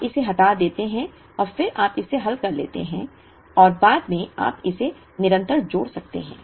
आप इसे हटा देते हैं और फिर आप इसे हल कर लेते हैं और बाद में आप इसमें निरंतर जोड़ सकते हैं